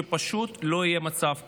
שפשוט לא יהיה מצב כזה.